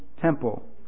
temple